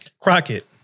Crockett